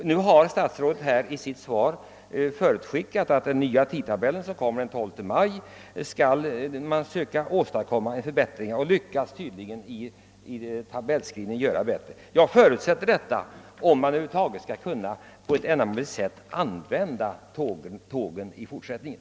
Nu har statsrådet i sitt svar förutskickat att man i den nya tidtabell som kommer ut den 12 maj skall försöka åstadkomma förbättringar. Det är nödvändigt för att man över huvud taget skall kunna på ett ändamålsenligt sätt använda tågen i fortsättningen.